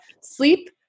sleep